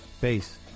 bass